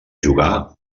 jugà